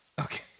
Okay